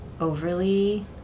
overly